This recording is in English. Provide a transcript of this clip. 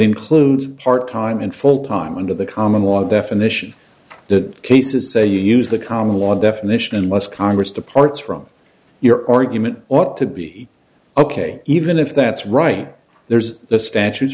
includes part time and full time under the common law definition the cases say you use the common law definition and must congress departs from your argument ought to be ok even if that's right there's the statutes